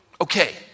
Okay